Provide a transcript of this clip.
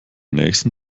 nächsten